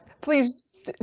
Please